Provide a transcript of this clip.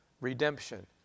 redemption